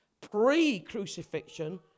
pre-crucifixion